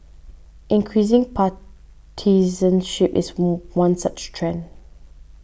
increasing partisanship is one such trend